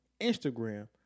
Instagram